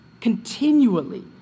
continually